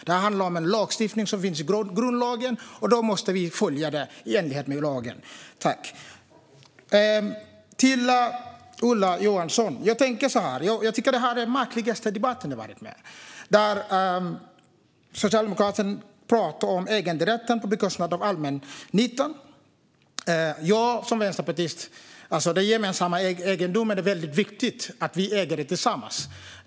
Det här handlar om en lagstiftning som finns i grundlagen, och då måste vi följa den. Till Ola Johansson vill jag säga att jag tycker att det här är den märkligaste debatt som jag har varit med om. Socialdemokraterna pratar om äganderätten på bekostnad av allmännyttan. För mig som vänsterpartist är det väldigt viktigt med den gemensamma egendomen, just att vi äger tillsammans.